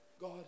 God